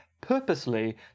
purposely